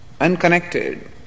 unconnected